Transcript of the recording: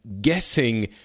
guessing